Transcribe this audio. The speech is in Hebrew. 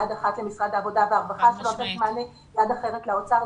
יד אחת למשרד העבודה והרווחה שלא נותן מענה ויד אחרת לאוצר.